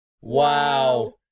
Wow